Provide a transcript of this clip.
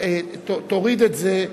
תוריד את זה.